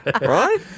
right